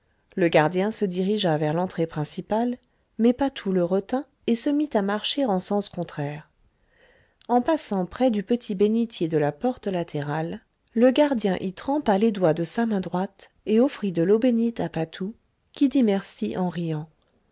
le gardien se dirigea vers rentrée principale mais patou le retint et se mit à marcher en sens contraire en passant près du petit bénitier de la porte latérale le gardien y trempa les doigts de sa main droite et offrit de l'eau bénite à patou qui dit merci en riant